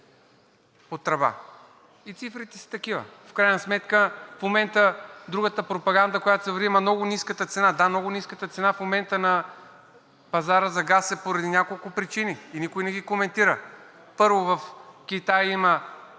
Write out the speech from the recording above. по тръба, и цифрите са такива. В крайна сметка в момента другата пропаганда, която върви – ама, много ниската цена. Да, много ниската цена в момента на пазара за газ е поради няколко причини и никой не ги коментира. Първо, в Китай има